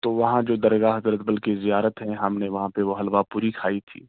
تو وہاں جو درگاہ حضرت بل کی زیارت ہے ہم نے وہاں پہ وہ حلوہ پوری کھائی تھی